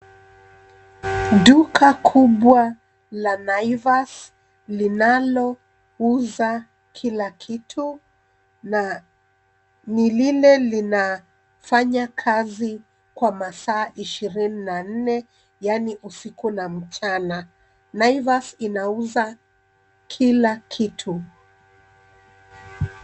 Duka kubwa la Naivas linalouza kila kitu na lile linafanya kazi kwa masaa ishirini na nne yaani usiku na mchana. Naivas inauza kila kitu.